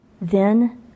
Then